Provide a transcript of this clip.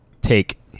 take